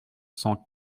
cent